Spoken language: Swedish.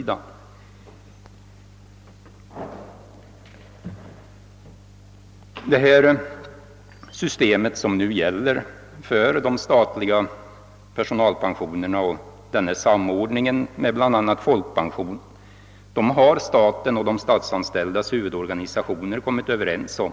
Det system som nu gäller för de statliga personalpensionerna med samordning med bl.a. folkpensionen har staten och de statsanställdas huvudorganisationer kommit överens om.